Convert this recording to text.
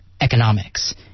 economics